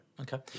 Okay